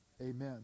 amen